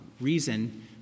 reason